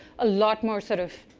a lot more sort of,